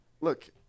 Look